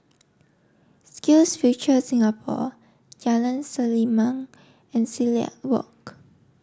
SkillsFuture Singapore Jalan Selimang and Silat Walk